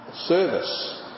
service